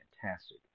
fantastic